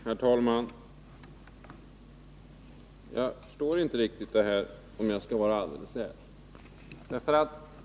Herr talman! Jag förstår inte riktigt det här, om jag skall vara alldeles ärlig.